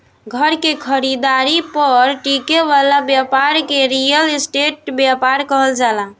घर के खरीदारी पर टिके वाला ब्यपार के रियल स्टेट ब्यपार कहल जाला